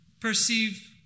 perceive